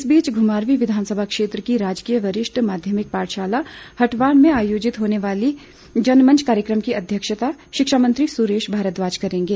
इस बीच घूमारवीं विधानसभा क्षेत्र की राजकीय वरिष्ठ माध्यमिक पाठशाला हटवाड़ में आयोजित होने वाले जनमंच कार्यक्रम की अध्यक्षता शिक्षा मंत्री सुरेश भारद्वाज करेंगे